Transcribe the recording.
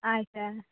ᱟᱪᱪᱷᱟ